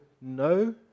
no